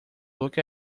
look